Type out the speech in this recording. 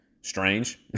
strange